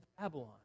Babylon